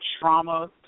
trauma